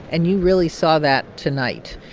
and you really saw that tonight.